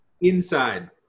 Inside